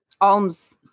alms